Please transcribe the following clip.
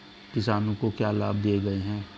किसानों को क्या लाभ दिए गए हैं?